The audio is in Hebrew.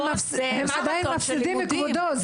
עדיין מפסידים כבודו.